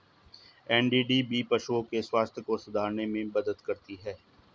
NDDB पशुओं के स्वास्थ्य को सुधारने में मदद करती है